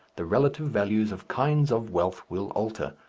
the relative values of kinds of wealth will alter,